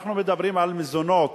כשאנחנו מדברים על מזונות,